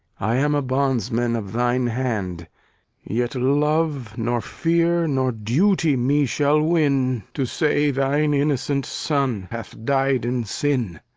i am a bondsman of thine hand yet love nor fear nor duty me shall win to say thine innocent son hath died in sin.